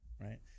right